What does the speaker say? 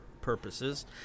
purposes